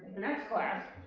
next class